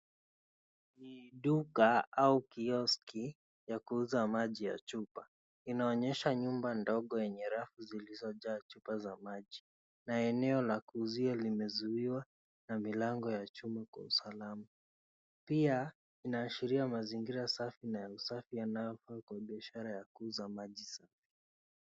Ni duka au kioski ya kuuza maji ya chupa, inaonyesha nyumba ndogo yenye rafu zilizojaa chupa za maji na eneo la kuuzia limezuliwa na milango ya chuma kwa usalama. Pia inaashiria mazingira safi na ya usafi yanayofaa kwa biashara ya kuuza maji safi.